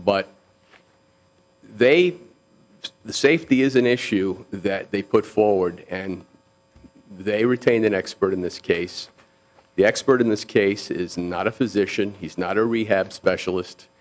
but they say the safety is an issue that they put forward and they retained an expert in this case the expert in this case is not a physician he's not a rehab specialist